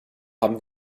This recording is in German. haben